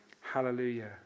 Hallelujah